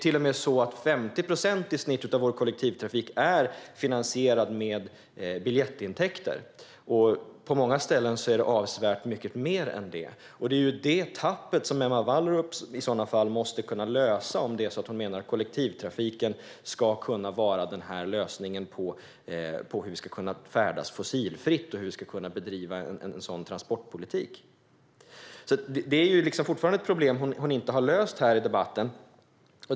I snitt är 50 procent av vår kollektivtrafik finansierad med biljettintäkter. På många ställen är det avsevärt mycket mer än det. Det är detta tapp som Emma Wallrup måste åtgärda om hon menar att kollektivtrafiken ska vara lösningen på hur vi ska kunna färdas fossilfritt och kunna bedriva en sådan transportpolitik. Det är ett problem hon fortfarande inte har löst i debatten.